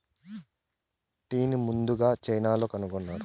టీని ముందుగ చైనాలో కనుక్కున్నారు